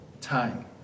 time